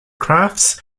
crafts